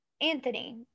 Anthony